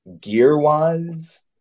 gear-wise